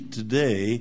today